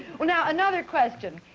now another question,